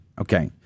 okay